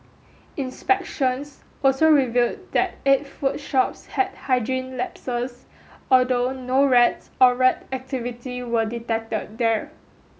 inspections also revealed that eight food shops had hygiene lapses although no rats or rat activity were detected there